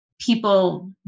people